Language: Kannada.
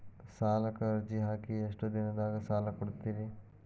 ಸಾಲಕ ಅರ್ಜಿ ಹಾಕಿ ಎಷ್ಟು ದಿನದಾಗ ಸಾಲ ಕೊಡ್ತೇರಿ?